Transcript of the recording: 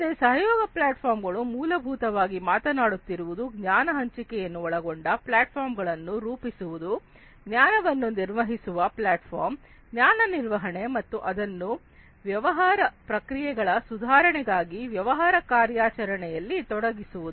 ಮತ್ತೆ ಕೊಲ್ಯಾಬೊರೇಟಿವ್ ಪ್ಲಾಟ್ಫಾರ್ಮ್ಗಳು ಮೂಲಭೂತವಾಗಿ ಮಾತನಾಡುತ್ತಿರುವುದು ಜ್ಞಾನ ಹಂಚಿಕೆಯನ್ನು ಒಳಗೊಂಡ ಪ್ಲಾಟ್ಫಾರ್ಮ್ಗಳನ್ನು ರೂಪಿಸುವುದು ಜ್ಞಾನವನ್ನು ನಿರ್ವಹಿಸುವ ಪ್ಲಾಟ್ಫಾರ್ಮ್ ಜ್ಞಾನ ನಿರ್ವಹಣೆ ಮತ್ತು ಅದನ್ನು ವ್ಯವಹಾರ ಪ್ರಕ್ರಿಯೆಗಳ ಸುಧಾರಣೆಗಾಗಿ ವ್ಯವಹಾರ ಕಾರ್ಯಾಚರಣೆಯಲ್ಲಿ ತೊಡಗಿಸುವುದು